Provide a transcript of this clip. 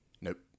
Nope